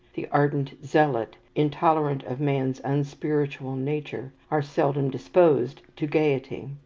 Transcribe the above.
the ardent zealot, intolerant of man's unspiritual nature, are seldom disposed to gayety.